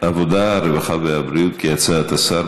ועדת העבודה, הרווחה והבריאות, כהצעת השר.